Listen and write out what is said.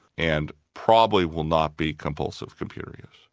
and probably will not be compulsive computer use.